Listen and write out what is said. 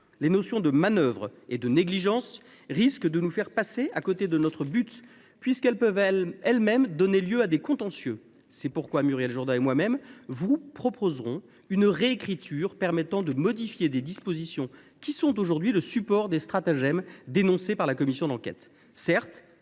Les notions de « manœuvre » et de « négligence » risquent de nous faire passer à côté de notre but, puisqu’elles peuvent elles mêmes donner lieu à des contentieux. C’est pourquoi Muriel Jourda et moi même proposerons une réécriture permettant de modifier des dispositions qui sont aujourd’hui le support des stratagèmes dénoncés par la commission d’enquête.